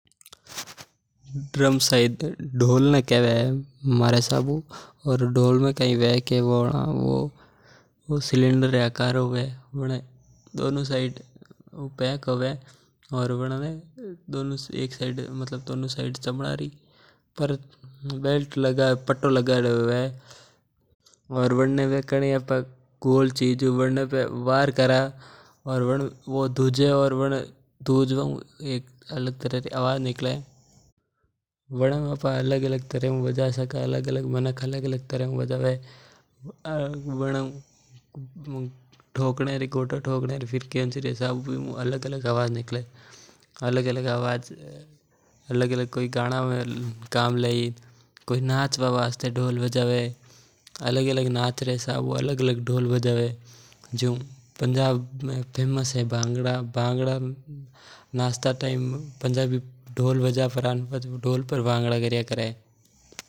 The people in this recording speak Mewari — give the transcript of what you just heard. ड्रम ढोल ने केया करे मारे हिसाब हू ओ सिलेण्डर रे आकार रो हवे। यो दोनो साइड हू बन्द होया करे इन पर कोई भारी गोल चीज़ मारवा पर अनमु आवाज आवे। ड्रम घणी जगह काम में आवे माणक अन्ने शादी वियाव में वजावे और भी अलग अलग जगह वजाया करे जेसै आर्मी परेड में भी ढोल वजाया करे।